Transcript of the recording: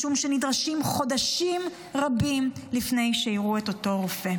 משום שנדרשים חודשים רבים לפני שיראו את אותו רופא.